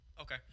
Okay